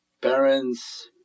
Parents